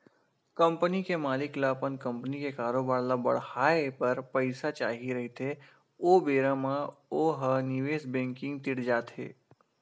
company के मालिक ल अपन कंपनी के कारोबार ल बड़हाए बर पइसा चाही रहिथे ओ बेरा म ओ ह निवेस बेंकिग तीर जाथे